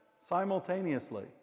simultaneously